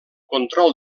control